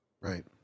Right